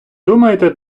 думаєте